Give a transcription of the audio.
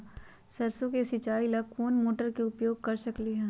सरसों के सिचाई ला कोंन मोटर के उपयोग कर सकली ह?